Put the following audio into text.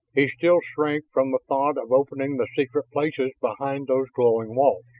he still shrank from the thought of opening the secret places behind those glowing walls,